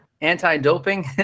anti-doping